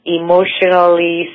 emotionally